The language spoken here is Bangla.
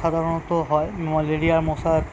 সাধারণত হয় ম্যালেরিয়ার মশার